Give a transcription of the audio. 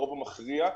הרוב המכריע,